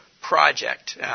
project